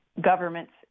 governments